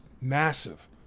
massive